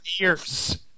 ears